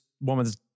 woman's